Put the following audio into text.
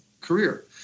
career